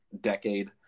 decade